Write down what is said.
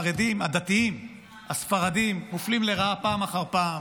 הדתיים הספרדים מופלים לרעה פעם אחר פעם